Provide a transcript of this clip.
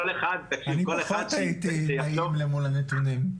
אני בהחלט הייתי למול הנתונים.